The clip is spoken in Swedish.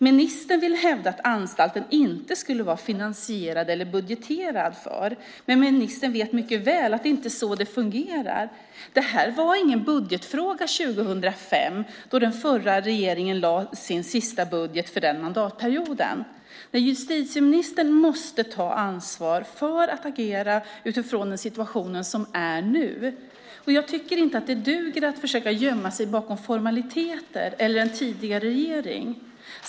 Ministern vill hävda att anstalten inte skulle vara finansierad eller budgeterad för, men ministern vet mycket väl att det inte fungerar så. Det här var ingen budgetfråga 2005 då den förra regeringen lade sin sista budget för den mandatperioden. Justitieministern måste ta ansvar och agera utifrån den situation som nu råder. Jag tycker inte att det duger att försöka gömma sig bakom formaliteter eller en tidigare regering.